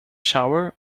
shower